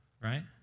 right